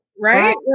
right